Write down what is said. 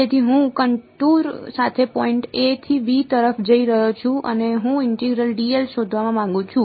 તેથી હું કનટુર સાથે પોઈન્ટ a થી b તરફ જઈ રહ્યો છું અને હું ઇન્ટિગ્રલ શોધવા માંગુ છું